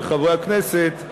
ולחברי הכנסת,